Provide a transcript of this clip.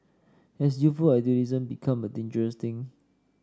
has youthful idealism become a dangerous thing